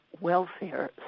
welfare